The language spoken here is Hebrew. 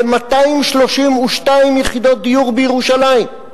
ל-232 יחידות דיור בירושלים,